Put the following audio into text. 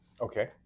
Okay